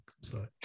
Sorry